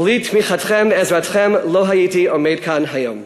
בלי תמיכתכם ועזרתכם לא הייתי עומד כאן היום.